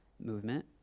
movement